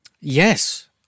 Yes